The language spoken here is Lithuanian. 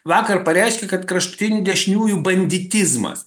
vakar pareiškė kad kraštutinių dešiniųjų banditizmas